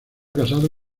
casado